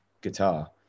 guitar